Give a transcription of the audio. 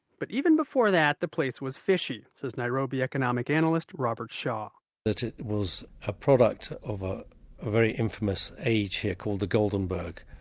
but even before that, the place was fishy, says nairobi economic analyst robert shaw it was a product of a very infamous age here called the goldenberg.